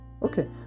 Okay